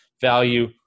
value